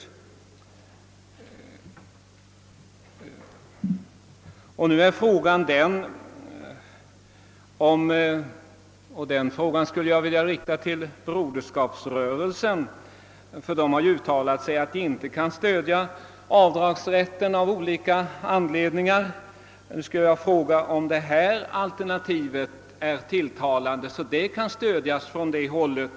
Jag skulle nu vilja rikta en direkt fråga till medlemmarna av Broderskapsrörelsen — som tidigare sagt att den av olika anledningar inte vill stödja förslaget om avdragsrätt: Är det nu föreslagna alternativet så tilltalande, att det kan stödjas från det hållet?